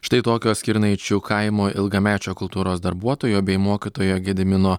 štai tokios kirnaičių kaimo ilgamečio kultūros darbuotojo bei mokytojo gedimino